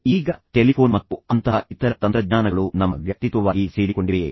ಈಗ ಟೆಲಿಫೋನ್ ಮತ್ತು ಅಂತಹ ಇತರ ತಂತ್ರಜ್ಞಾನಗಳು ನಮ್ಮ ವ್ಯಕ್ತಿತ್ವವಾಗಿ ಸೇರಿಕೊಂಡಿವೆಯೇ